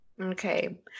okay